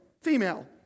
female